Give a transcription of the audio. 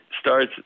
starts